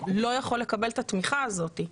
לא יכול לקבל את התמיכה הזאת.